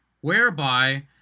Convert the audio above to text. whereby